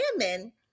women